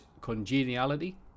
Congeniality